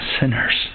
sinners